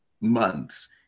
months